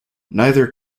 neither